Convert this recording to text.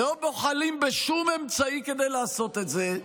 הם לא בוחלים בשום אמצעי כדי לעשות את זה,